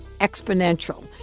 exponential